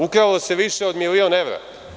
Ukralo se više od milion evra.